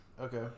Okay